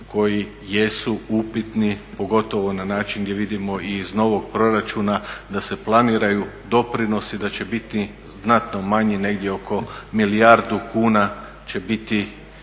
koji jesu upitni pogotovo na način gdje vidimo i iz novog proračuna da se planiraju doprinosi da će biti znatno manji negdje oko milijardu kuna će biti